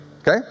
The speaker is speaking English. Okay